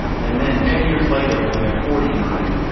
and then ten years later when they're forty nine,